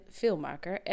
filmmaker